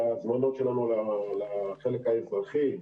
ההזמנות שלנו לחלק האזרחי,